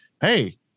hey